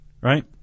right